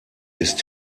ist